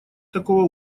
такого